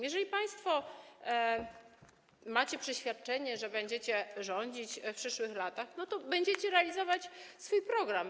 Jeżeli państwo macie przeświadczenie, że będziecie rządzić w przyszłych latach, to będziecie realizować swój program.